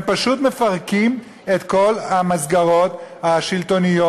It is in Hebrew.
הם פשוט מפרקים את כל המסגרות השלטוניות